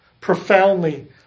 profoundly